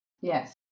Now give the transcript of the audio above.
Yes